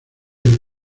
del